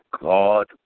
God